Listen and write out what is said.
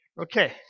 Okay